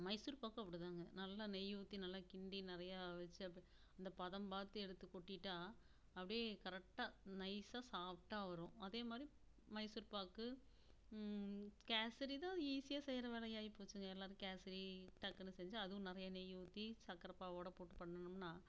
மைசூர் பாக்கும் அப்படிதாங்க நல்லா நெய் ஊற்றி நல்லா கிண்டி நிறையா வெச்சு அப்டியே அந்த பதம் பார்த்து எடுத்து கொட்டிவிட்டா அப்டியே கரெக்டாக நைசாக சாஃப்ட்டாக வரும் அதேமாதிரி மைசூர் பாக்கு கேசரிதான் ஈஸியாக செய்கிற வேலையாகிப் போச்சுங்க எல்லோரும் கேசரி டக்குன்னு செஞ்சு அதுவும் நிறையா நெய் ஊற்றி சக்கரை பாகோட போட்டு பண்ணுனோம்னா